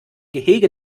gehege